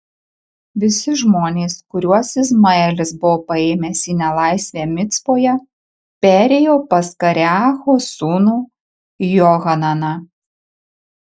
visi žmonės kuriuos izmaelis buvo paėmęs į nelaisvę micpoje perėjo pas kareacho sūnų johananą